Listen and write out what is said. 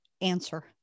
answer